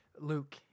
Luke